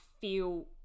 feel